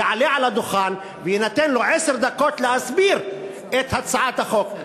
יעלה על הדוכן ויינתנו לו עשר דקות להסביר את הצעת החוק.